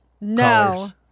No